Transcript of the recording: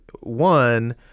One